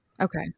Okay